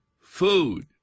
food